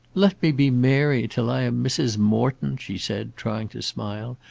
let me be mary till i am mrs. morton, she said, trying to smile.